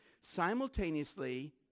simultaneously